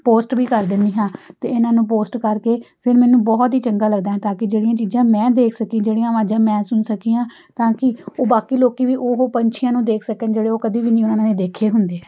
post ਵੀ ਕਰ ਦਿੰਦੀ ਹਾਂ ਅਤੇ ਇਹਨਾਂ ਨੂੰ ਪੋਸਟ ਕਰਕੇ ਫਿਰ ਮੈਨੂੰ ਬਹੁਤ ਹੀ ਚੰਗਾ ਲੱਗਦਾ ਹੈ ਤਾਂ ਕਿ ਜਿਹੜੀਆਂ ਚੀਜ਼ਾਂ ਮੈਂ ਦੇਖ ਸਕੀ ਜਿਹੜੀਆਂ ਆਵਾਜ਼ਾਂ ਮੈਂ ਸੁਣ ਸਕੀ ਹਾਂ ਤਾਂ ਕਿ ਉਹ ਬਾਕੀ ਲੋਕ ਵੀ ਉਹ ਪੰਛੀਆਂ ਨੂੰ ਦੇਖ ਸਕਣ ਜਿਹੜੇ ਉਹ ਕਦੇ ਵੀ ਨਹੀਂ ਉਹਨਾਂ ਨੇ ਦੇਖੇ ਹੁੰਦੇ